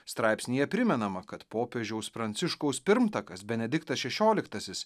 straipsnyje primenama kad popiežiaus pranciškaus pirmtakas benediktas šešioliktasis